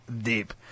Deep